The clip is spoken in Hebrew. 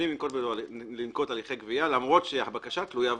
מתחילים לנקוט הליכי גבייה למרות שהבקשה תלויה ועומדת.